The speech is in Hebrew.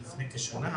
מה